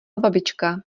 babička